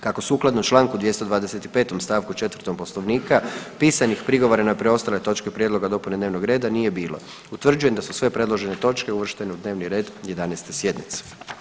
Kako sukladno čl. 225. st. 4. poslovnika pisanih prigovora na preostale točke prijedloga dopune dnevnog reda nije bilo utvrđujem da su sve predložene točke uvrštene u dnevni red 11. sjednice.